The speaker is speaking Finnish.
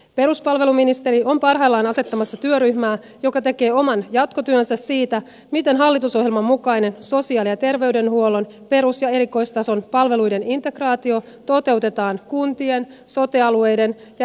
peruspalveluministeri on parhaillaan asettamassa työryhmää joka tekee oman jatkotyönsä siitä miten hallitusohjelman mukainen sosiaali ja terveydenhuollon perus ja erikoistason palveluiden integraatio toteutetaan kuntien sote alueiden ja erityisvastuualueiden kesken